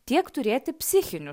tiek turėti psichinių